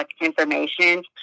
information